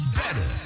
better